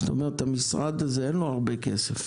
זאת אומרת למשרד הזה אין הרבה כסף,